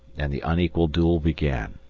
and the unequal duel began.